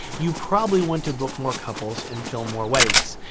you probably want to book more couples and film more weddings.